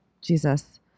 Jesus